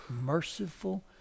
merciful